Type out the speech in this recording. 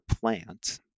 plant